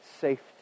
safety